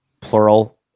plural